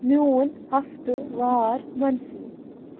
میون ہفتہٕ وار منصوٗب